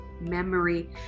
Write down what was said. memory